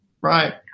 Right